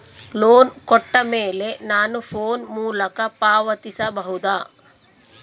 Loan ಕೊಟ್ಟ ಮೇಲೆ ನಾನು ಫೋನ್ ಮೂಲಕ ಪಾವತಿಸಬಹುದಾ?